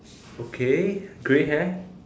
okay grey hair